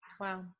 Wow